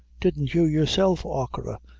didn't you, yourself, achora,